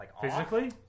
Physically